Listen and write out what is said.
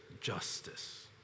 justice